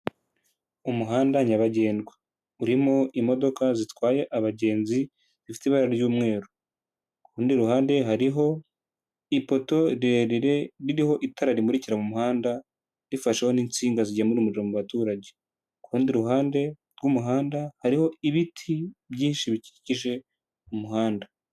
umuhanda nyabagendwa urimo imodoka zitwaye abagenzi zifite ibara ry'umweru, ku rundi ruhande hariho ipoto rire ririho itara rimurikira mu muhanda rifasheho n'insinga zigemura umuriro mu baturage, ku kurundi ruhande rw'umuhanda hariho ibiti byinshi bikikije umuhanda.